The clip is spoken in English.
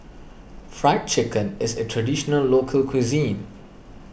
Fried Chicken is a Traditional Local Cuisine